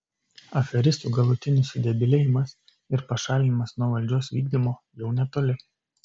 aferistų galutinis sudebilėjimas ir pašalinimas nuo valdžios vykdymo jau netoli